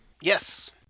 Yes